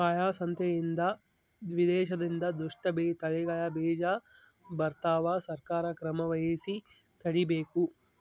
ಕಾಳ ಸಂತೆಯಿಂದ ವಿದೇಶದಿಂದ ದುಷ್ಟ ತಳಿಗಳ ಬೀಜ ಬರ್ತವ ಸರ್ಕಾರ ಕ್ರಮವಹಿಸಿ ತಡೀಬೇಕು